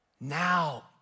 Now